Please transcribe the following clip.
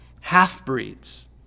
half-breeds